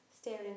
staring